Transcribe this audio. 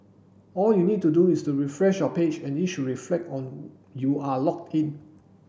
all you need to do is to refresh your page and it should reflect on you are logged in